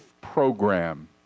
program